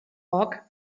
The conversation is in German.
rock